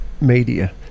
media